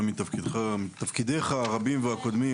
גם מתפקידך הרבים והקודמים,